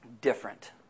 different